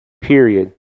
Period